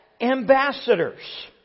ambassadors